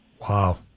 Wow